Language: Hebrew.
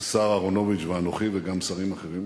השר אהרונוביץ ואנוכי, וגם שרים אחרים